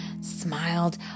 smiled